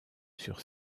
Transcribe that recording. sur